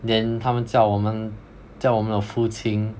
then 他们叫我们叫我们的父亲